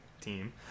team